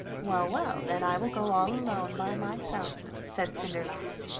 well, well, then i will go all alone by myself, said cinderlad.